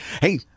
Hey